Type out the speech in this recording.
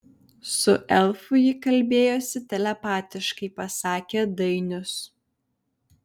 su elfu ji kalbėjosi telepatiškai pasakė dainius